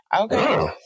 Okay